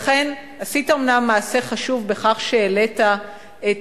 לכן, עשית אומנם מעשה חשוב בכך שהעלית את